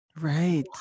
right